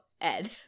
Ed